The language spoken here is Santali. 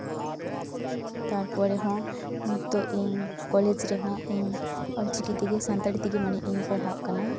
ᱛᱟᱨᱯᱚᱨᱮ ᱦᱚᱸ ᱱᱤᱛᱳᱜ ᱤᱧ ᱠᱚᱞᱮᱡᱽ ᱨᱮᱦᱚᱸ ᱤᱧ ᱚᱞ ᱪᱤᱠᱤ ᱛᱮᱜᱮ ᱥᱟᱱᱛᱟᱲ ᱛᱮᱜᱮ ᱢᱟᱱᱮ ᱤᱧ ᱯᱟᱲᱦᱟᱜ ᱠᱟᱱᱟ